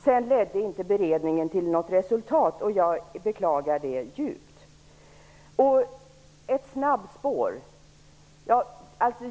Sedan ledde inte beredningen till något resultat. Jag beklagar det djupt.